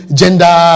gender